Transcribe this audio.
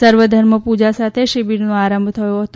સર્વધર્મ પૂજા સાથે શિબિરનો આરંભ થયો હતો